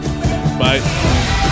Bye